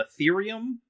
Ethereum